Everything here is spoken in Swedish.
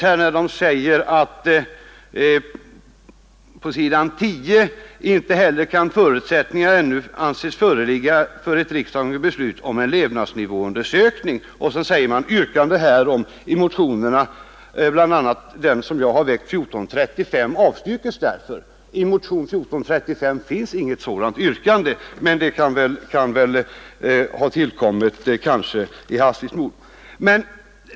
På s. 10 i betänkandet säger man: ”Inte heller kan förutsättningar ännu anses föreligga för ett riksdagens beslut om en levnadsnivåundersökning.” Och så avstyrker man yrkandena härom i motionerna, bl.a. nämner man motionen 1435 som jag har varit med om att väcka. I den motionen finns inget sådant yrkande, men den formuleringen kanske har tillkommit i hastigheten.